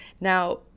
Now